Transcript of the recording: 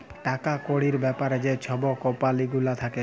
টাকা কড়ির ব্যাপারে যে ছব কম্পালি গুলা থ্যাকে